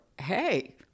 hey